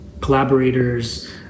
collaborators